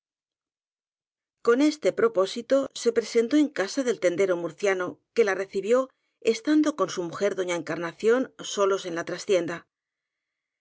con este propósito se presentó en casa del ten dero murciano que la recibió estando con su mujer doña encarnación solos en la trastienda